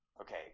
okay